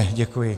Děkuji.